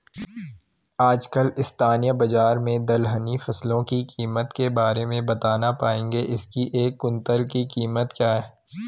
आजकल स्थानीय बाज़ार में दलहनी फसलों की कीमत के बारे में बताना पाएंगे इसकी एक कुन्तल की कीमत क्या है?